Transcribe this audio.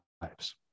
lives